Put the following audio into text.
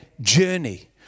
journey